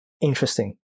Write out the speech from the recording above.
interesting